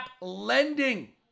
Lending